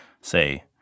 say